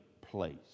place